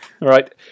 right